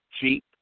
cheap